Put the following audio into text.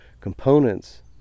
components